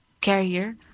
Carrier